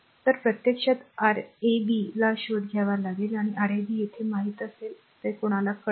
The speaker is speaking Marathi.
तर प्रत्यक्षात Rab चा शोध घ्यावा लागेल म्हणजे हे Rab येथे हे माहित असेल हे कोणाला कळेल